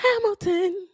Hamilton